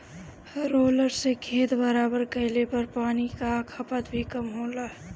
roller से खेत बराबर कइले पर पानी कअ खपत भी कम होला